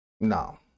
no